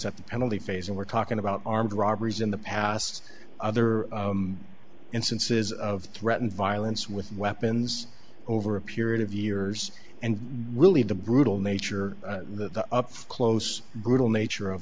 evidence at the penalty phase and we're talking about armed robberies in the past other instances of threatened violence with weapons over a period of years and really the brutal nature of the up close brutal nature of